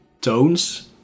tones